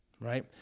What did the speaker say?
right